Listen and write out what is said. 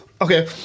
Okay